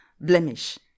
blemish